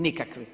Nikakvi!